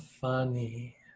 funny